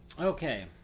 Okay